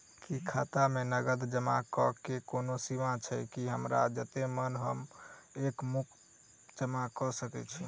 की खाता मे नगद जमा करऽ कऽ कोनो सीमा छई, की हमरा जत्ते मन हम एक मुस्त जमा कऽ सकय छी?